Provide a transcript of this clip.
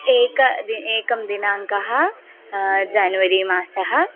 एकं दि एकं दिनाङ्कः जन्वरि मासः